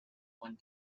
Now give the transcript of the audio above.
one